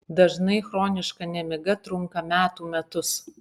dažnai chroniška nemiga trunka metų metus